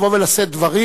לבוא ולשאת דברים.